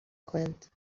کنند